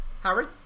Harry